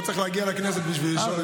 לא צריך להגיע לכנסת בשביל לשאול את זה.